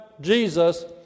Jesus